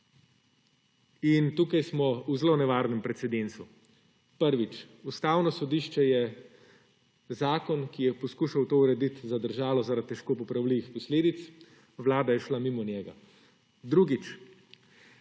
Tukaj smo v zelo nevarnem precedensu. Prvič. Ustavno sodišče je zakon, ki je poskušal to urediti, zadržalo zaradi težko popravljivih posledic – Vlada je šla mimo njega. Drugič.